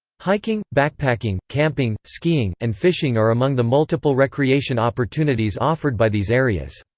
hiking, backpacking, camping, skiing, and fishing are among the multiple recreation opportunities offered by these areas.